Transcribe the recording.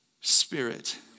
Spirit